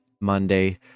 Monday